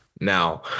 Now